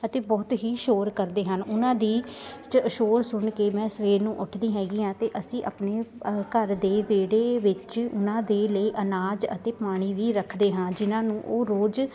ਅਤੇ ਬਹੁਤ ਹੀ ਸ਼ੋਰ ਕਰਦੇ ਹਨ ਉਹਨਾਂ ਦੀ ਚ ਸ਼ੋਰ ਸੁਣ ਕੇ ਮੈਂ ਸਵੇਰ ਨੂੰ ਉੱਠਦੀ ਹੈਗੀ ਹਾਂ ਅਤੇ ਅਸੀਂ ਆਪਣੇ ਘਰ ਦੇ ਵਿਹੜੇ ਵਿੱਚ ਉਹਨਾਂ ਦੇ ਲਈ ਅਨਾਜ ਅਤੇ ਪਾਣੀ ਵੀ ਰੱਖਦੇ ਹਾਂ ਜਿਨ੍ਹਾਂ ਨੂੰ ਉਹ ਰੋਜ਼